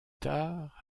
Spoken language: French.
tard